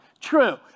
True